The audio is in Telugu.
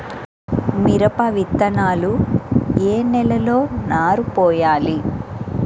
మిరప విత్తనాలు ఏ నెలలో నారు పోయాలి?